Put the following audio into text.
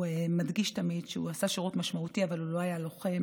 הוא מדגיש תמיד שהוא עשה שירות משמעותי אבל הוא לא היה לוחם,